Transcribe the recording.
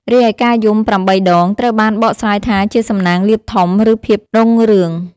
រីឯការយំប្រាំបីដង ត្រូវបានបកស្រាយថាជាសំណាងលាភធំ ឬភាពរុងរឿង។